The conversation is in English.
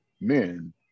men